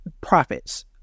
profits